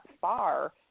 far